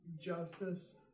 justice